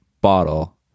bottle